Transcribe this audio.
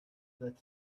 this